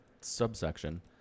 subsection